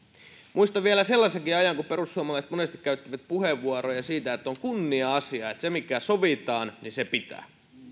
muistan vielä sellaisenkin ajan kun perussuomalaiset monesti käyttivät puheenvuoroja siitä että on kunnia asia että se mikä sovitaan pitää